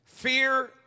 Fear